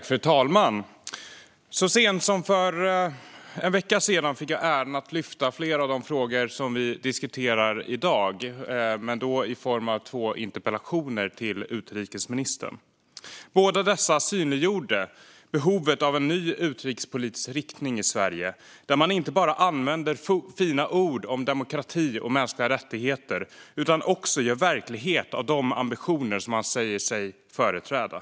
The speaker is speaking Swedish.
Fru talman! Så sent som för en vecka sedan fick jag äran att lyfta upp flera av de frågor som vi diskuterar i dag men då i form av två interpellationer till utrikesministern. Båda synliggjorde behovet av en ny utrikespolitisk riktning i Sverige, där man inte bara använder fina ord om demokrati och mänskliga rättigheter utan också gör verklighet av de ambitioner man säger sig företräda.